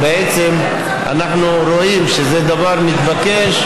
בעצם אנחנו רואים שזה דבר מתבקש,